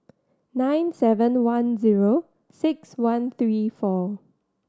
nine seven one zero six one three four